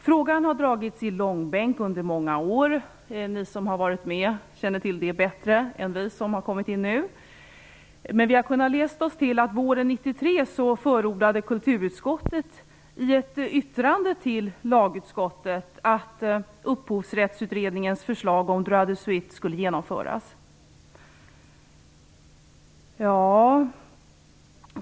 Frågan har dragits i långbänk under många år. Ni som har varit med tidigare känner till det bättre än vi som har kommit in i riksdagen nu. Men vi har kunnat läsa oss till att våren 1993 förordade kulturutskottet i ett yttrande till lagutskottet att Upphovsrättsutredningens förslag om droit de suite skulle genomföras.